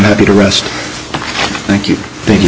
happy to rest thank you thank you